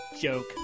Joke